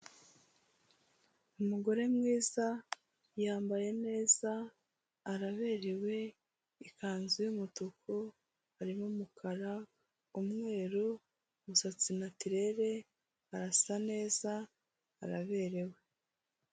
Umugore mwiza, yambaye neza, araberewe ikanzu y'umutuku harimo umukara, umweru, umusatsi natirere, arasa neza araberewe.